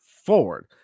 forward